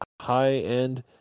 high-end